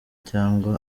cyangwa